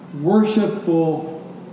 worshipful